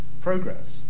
progress